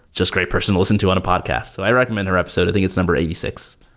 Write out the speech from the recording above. just great person to listen to on a podcast. so i recommend her episode. i think it's number eighty six.